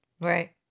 Right